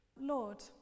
Lord